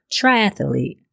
triathlete